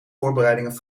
voorbereidingen